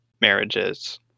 marriages